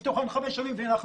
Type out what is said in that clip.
הבטיחו לפני חמש שנים והנה אנחנו